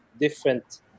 different